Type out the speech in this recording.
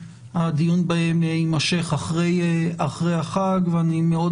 הדיון בהם יימשך אחרי החג ואני מאוד